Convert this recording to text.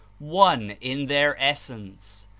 one in their essence,